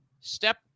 step